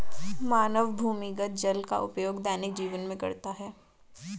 मानव भूमिगत जल का उपयोग दैनिक जीवन में करता है